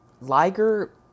Liger